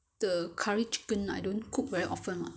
the curry chicken I don't cook very often mah